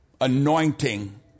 anointing